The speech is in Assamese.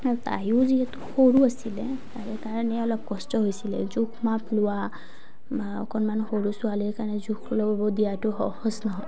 আৰু তাইয়ো যিহেতু সৰু আছিলে তাৰে কাৰণে অলপ কষ্ট হৈছিলে জোখ মাখ লোৱা বা অকণমান সৰু ছোৱালীৰ কাৰণে জোখ ল'বও দিয়াটো সহজ নহয়